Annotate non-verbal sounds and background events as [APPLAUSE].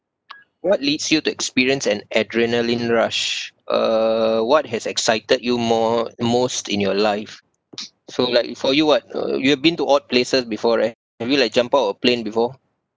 [NOISE] what leads you to experience an adrenaline rush uh what has excited you more most in your life [NOISE] so like for you what uh you have been to odd places before right have you like jumped out of a plane before